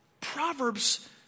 Proverbs